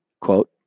quote